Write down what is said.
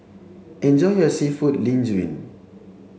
enjoy your Seafood Linguine